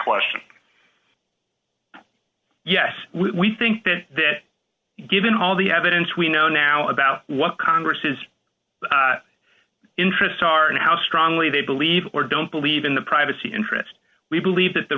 question yes we think that that given all the evidence we know now about what congress interests are and how strongly they believe or don't believe in the privacy interest we believe that the